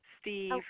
Steve